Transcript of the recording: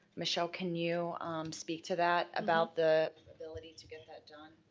michelle, can you speak to that, about the ability to get that done?